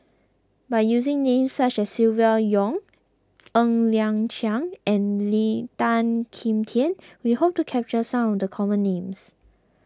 by using names such as Silvia Yong Ng Liang Chiang and Lee Tan Kim Tian we hope to capture some of the common names